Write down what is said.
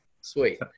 Sweet